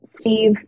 Steve